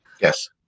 yes